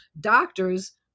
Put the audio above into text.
Doctors